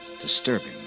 disturbing